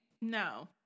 No